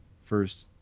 first